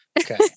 Okay